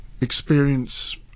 experience